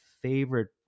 favorite